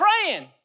praying